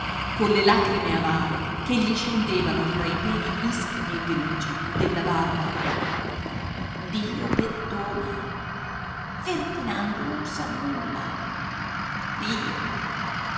e nel viso colle lagrime amare che gli scendevano fra i peli ispidi e grigi della barba dio perdona ferdinando non sa nulla io